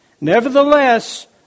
Nevertheless